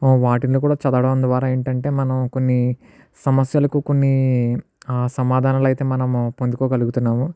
వాటిని కూడా చదవడం ద్వారా ఏంటంటే మనం కొన్ని సమస్యలకు కొన్ని సమాధానాలు అయితే మనం పొందగలుగుతున్నాము